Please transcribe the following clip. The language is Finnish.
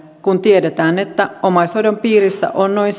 kun tiedetään että omaishoidon piirissä on noin